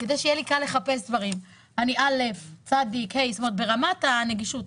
כדי שיהיה לי קל לחפש דברים ברמת הנגישות.